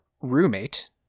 Roommate